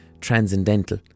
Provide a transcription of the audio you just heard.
transcendental